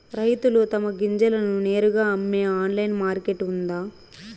రైతులు తమ గింజలను నేరుగా అమ్మే ఆన్లైన్ మార్కెట్ ఉందా?